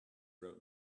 wrote